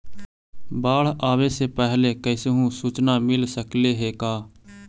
बाढ़ आवे से पहले कैसहु सुचना मिल सकले हे का?